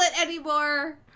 anymore